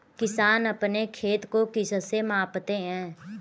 किसान अपने खेत को किससे मापते हैं?